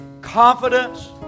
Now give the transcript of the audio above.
Confidence